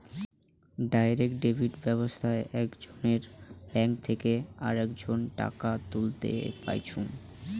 direct debit ব্যাবস্থাত একজনের bank থেকে আরেকজন টাকা তুলতে পাইচুঙ